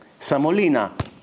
Samolina